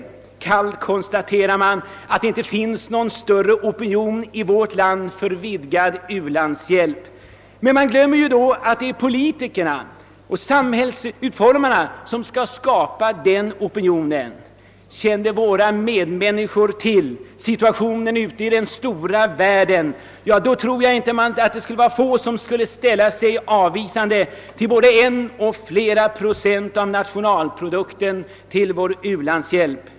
Kallt konstaterar man att det inte finns någon större opinion i vårt land för vidgad u-landshjälp. Man glömmer då att det ju är politikern och samhällsomformaren som skall skapa denna opinion. Kände våra medmänniskor till situationen ute i den stora världen tror jag, att det skulle vara få som skulle ställa sig avvisande till både en och flera procent av nationalprodukten till vår u-landshjälp.